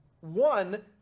one